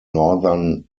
northern